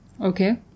okay